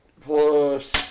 plus